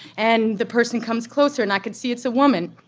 and the person comes closer and i can see it's a woman.